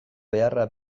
beharra